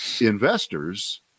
investors